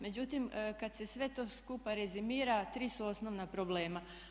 Međutim, kad se sve to skupa rezimira tri su osnovna problema.